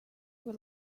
were